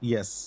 Yes